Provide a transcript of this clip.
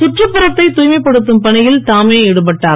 கற்றுப்புறத்தை தூய்மைப்படுத்தும் பணியில் தாமே ஈடுபட்டார்